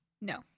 No